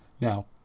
Now